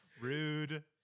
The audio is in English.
Rude